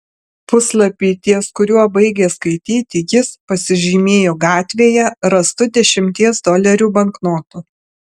puslapį ties kuriuo baigė skaityti jis pasižymėjo gatvėje rastu dešimties dolerių banknotu